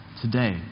today